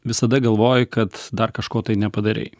visada galvoji kad dar kažko nepadarei